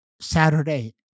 Saturday